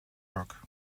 work